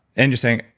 and you're saying,